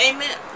Amen